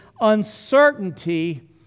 uncertainty